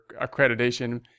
accreditation